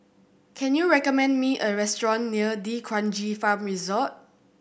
can you recommend me a restaurant near D'Kranji Farm Resort